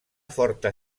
forta